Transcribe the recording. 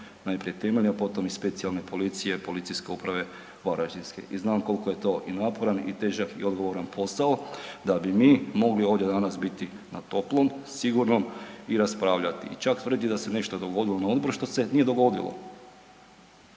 najprije temeljne, a potom i specijalne policije Policijske uprave Varaždinske i znam koliko je to i naporan i težak i odgovoran posao da bi mi mogli ovdje danas biti na toplom, sigurnom i raspravljati i čak tvrditi nešto da se nešto dogodilo na odboru što se nije dogodilo,